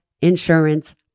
insurance